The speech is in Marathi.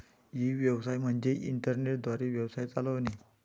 ई व्यवसाय म्हणजे इंटरनेट द्वारे व्यवसाय चालवणे